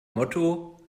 motto